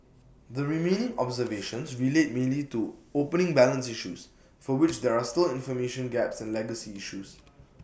the remaining observations relate mainly to opening balance issues for which there are still information gaps and legacy issues